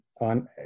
on